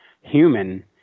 human